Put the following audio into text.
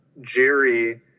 Jerry